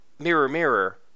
mirror-mirror